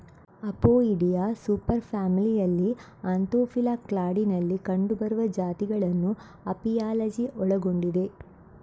Apoidea super ಫ್ಯಾಮಿಲಿಯಲ್ಲಿ Anthophila ಕ್ಲಾಡಿನಲ್ಲಿ ಕಂಡುಬರುವ ಜಾತಿಗಳನ್ನು ಅಪಿಯಾಲಜಿ ಒಳಗೊಂಡಿದೆ